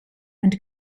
and